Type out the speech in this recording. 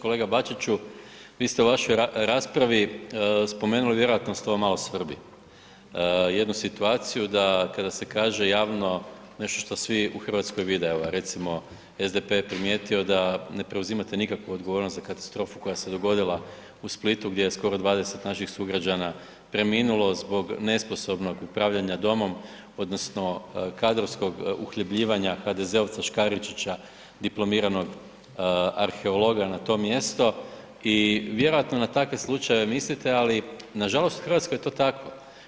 Kolega Bačiću, vi ste u vašoj raspravi spomenuli, vjerojatno vas to malo svrbi, jednu situaciju da kada se kaže javno nešto što svi u Hrvatskoj vide, evo recimo SDP je primijetio da ne preuzimate nikakvu odgovornost za katastrofu koja se dogodila u Splitu gdje je skoro 20 naših sugrađana preminulo zbog nesposobnog upravljanja domom, odnosno kadrovskog uhljebljivanja HDZ-ovca Škaričića, dipl. arheologa na to mjesto i vjerojatno na takve slučajeve mislite, ali nažalost u Hrvatskoj je to tako.